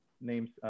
names